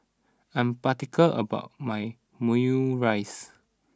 I am particular about my Omurice